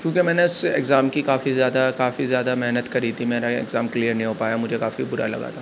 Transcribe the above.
چونکہ میں نے اس سے ایگزام کی کافی زیادہ کافی زیادہ محنت کری تھی میرا ایگزام کلیئر نہیں ہو پایا کافی برا لگا تھا